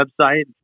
website